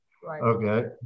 Okay